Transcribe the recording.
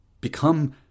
become